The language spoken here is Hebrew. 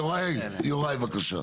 יוראי, בבקשה.